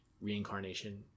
reincarnation